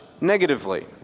negatively